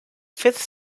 fifth